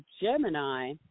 Gemini